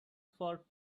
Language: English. for